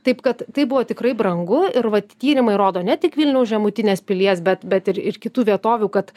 taip kad tai buvo tikrai brangu ir vat tyrimai rodo ne tik vilniaus žemutinės pilies bet bet ir ir kitų vietovių kad